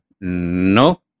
No